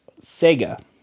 Sega